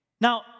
Now